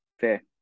Fair